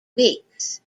weeks